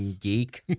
geek